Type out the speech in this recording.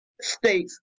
states